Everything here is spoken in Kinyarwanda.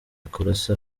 kurasa